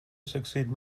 succeed